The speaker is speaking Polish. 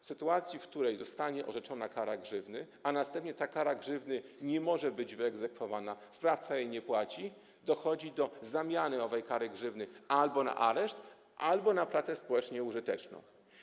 W sytuacji, w której zostanie orzeczona kara grzywny, a następnie ta kara grzywny nie będzie mogła być wyegzekwowana, sprawca jej nie płaci, dochodzi do zamiany owej kary grzywny albo na areszt, albo na prace społecznie użyteczne.